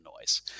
noise